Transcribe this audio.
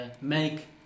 make